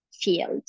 field